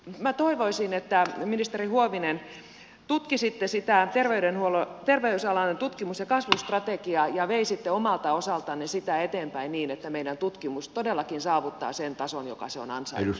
minä toivoisin että ministeri huovinen tutkisitte sitä terveysalan tutkimus ja kasvustrategiaa ja veisitte omalta osaltanne sitä eteenpäin niin että meidän tutkimus todellakin saavuttaa sen tason jonka se on ansainnut